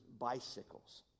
bicycles